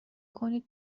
کنید